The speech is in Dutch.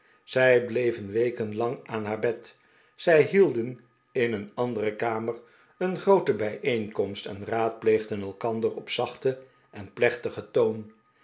zij bleven weken lang aan haar bed zij hielden in een andere kamer een groote bijeenkomst en raadpleegden elkander op zachten en plechtigen toon